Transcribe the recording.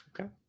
Okay